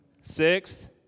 Sixth